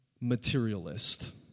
materialist